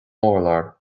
urlár